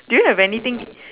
do you have anything